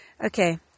Okay